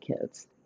kids